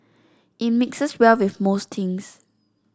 it mixes well with most things